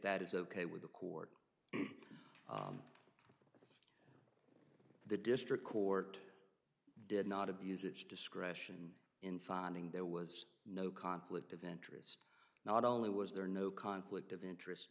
that is ok with the court the district court did not abuse its discretion in finding there was no conflict of interest not only was there no conflict of interest